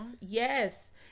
Yes